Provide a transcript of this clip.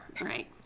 Right